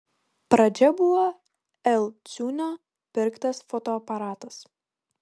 pradžia buvo l ciūnio pirktas fotoaparatas